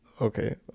Okay